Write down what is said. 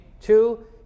two